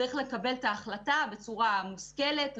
צריך לקבל את ההחלטה בצורה מושכלת,